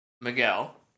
Miguel